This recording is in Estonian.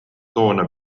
toona